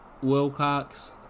Wilcox